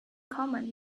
common